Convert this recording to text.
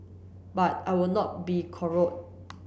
but I will not be